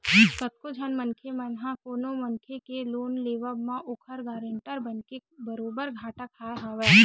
कतको झन मनखे मन ह कोनो मनखे के लोन लेवब म ओखर गारंटर बनके बरोबर घाटा खाय हवय